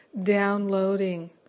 downloading